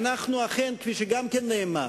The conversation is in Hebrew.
אדוני היושב-ראש, אנחנו אכן, כפי שגם נאמר,